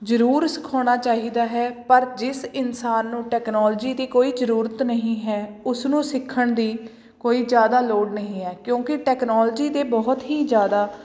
ਜ਼ਰੂਰ ਸਿਖਾਉਣਾ ਚਾਹੀਦਾ ਹੈ ਪਰ ਜਿਸ ਇਨਸਾਨ ਨੂੰ ਟੈਕਨੋਲਜੀ ਦੀ ਕੋਈ ਜ਼ਰੂਰਤ ਨਹੀਂ ਹੈ ਉਸ ਨੂੰ ਸਿੱਖਣ ਦੀ ਕੋਈ ਜ਼ਿਆਦਾ ਲੋੜ ਨਹੀਂ ਹੈ ਕਿਉਂਕਿ ਟੈਕਨੋਲਜੀ ਦੇ ਬਹੁਤ ਹੀ ਜ਼ਿਆਦਾ